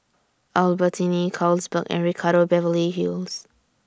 Albertini Carlsberg and Ricardo Beverly Hills